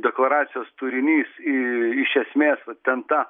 deklaracijos turinys iš esmės vat ten ta